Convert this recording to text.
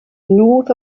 north